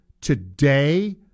today